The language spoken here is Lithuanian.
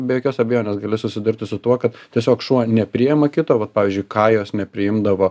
be jokios abejonės gali susidurti su tuo kad tiesiog šuo nepriema kito vat pavyzdžiui kajos nepriimdavo